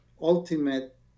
ultimate